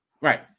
Right